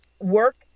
work